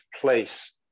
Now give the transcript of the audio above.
place